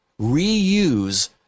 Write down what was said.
reuse